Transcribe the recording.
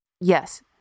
yes